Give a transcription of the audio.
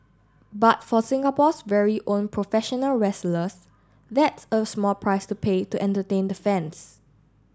but for Singapore's very own professional wrestlers that's a small price to pay to entertain the fans